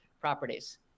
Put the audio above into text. properties